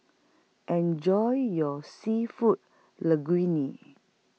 Enjoy your Seafood Linguine